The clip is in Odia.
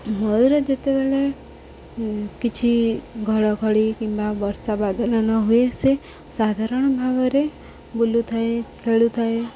ମୟୂର ଯେତେବେଳେ କିଛି ଘଡ଼ଖଡ଼ି କିମ୍ବା ବର୍ଷା ବାଦଲ ନ ହୁଏ ସେ ସାଧାରଣ ଭାବରେ ବୁଲୁଥାଏ ଖେଳୁଥାଏ